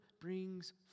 brings